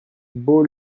beau